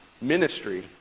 ministry